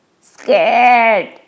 Scared